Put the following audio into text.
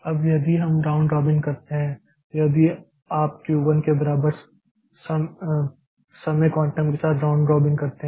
अब यदि हम राउंड रॉबिन करते हैं यदि आप Q 1 के बराबर समय क्वांटम के साथ राउंड रॉबिन करते हैं